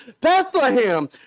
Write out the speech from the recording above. Bethlehem